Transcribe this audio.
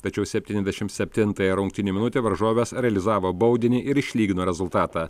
tačiau septyniasdešimt septintąją rungtynių minutę varžovės realizavo baudinį ir išlygino rezultatą